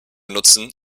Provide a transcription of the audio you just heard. nutzen